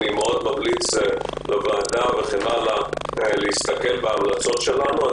אני ממליץ מאוד לוועדה להסתכל בהמלצות שלנו.